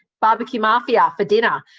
bbq mafia for dinner.